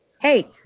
hey